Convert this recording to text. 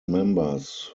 members